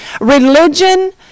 Religion